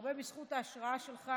הרבה בזכות ההשראה שלך